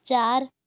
چار